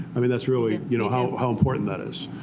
i mean, that's really you know how how important that is.